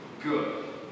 good